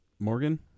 Morgan